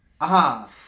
Aha